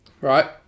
Right